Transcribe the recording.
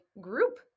group